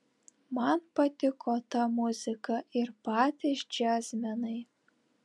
man patiko ta muzika ir patys džiazmenai